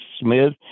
Smith